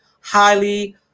highly